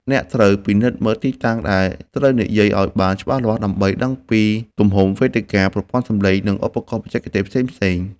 អ្នកត្រូវពិនិត្យមើលទីតាំងដែលត្រូវនិយាយឱ្យបានច្បាស់លាស់ ដើម្បីដឹងពីទំហំវេទិកា ប្រព័ន្ធសំឡេង និងឧបករណ៍បច្ចេកទេសផ្សេងៗ។